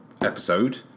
episode